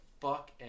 fuck